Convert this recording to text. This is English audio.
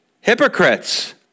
Hypocrites